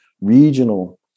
regional